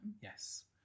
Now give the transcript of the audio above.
Yes